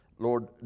Lord